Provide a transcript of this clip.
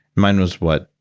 mine was what,